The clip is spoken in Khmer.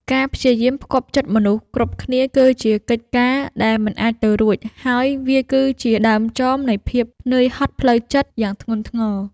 ការព្យាយាមផ្គាប់ចិត្តមនុស្សគ្រប់គ្នាគឺជាកិច្ចការដែលមិនអាចទៅរួច ហើយវាគឺជាដើមចមនៃភាពនឿយហត់ផ្លូវចិត្តយ៉ាងធ្ងន់ធ្ងរ។